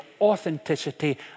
authenticity